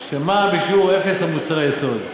מע"מ בשיעור אפס על מוצרי יסוד.